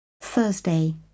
THURSDAY